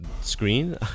screen